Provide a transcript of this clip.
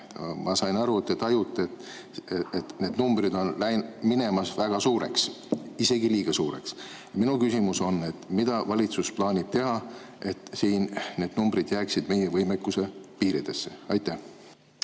Ma sain aru, et te tajute, et need numbrid on minemas väga suureks, isegi liiga suureks. Minu küsimus on: mida valitsus plaanib teha, et need numbrid jääksid meie võimekuse piiridesse? Aitäh,